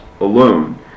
alone